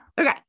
okay